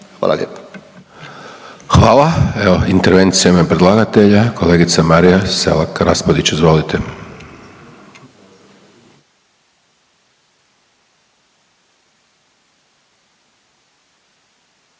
Hvala. Evo intervencija u ime predlagatelja kolegica Marija Selak-Raspudić, izvolite. **Selak